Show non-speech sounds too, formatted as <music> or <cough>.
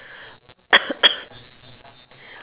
<coughs>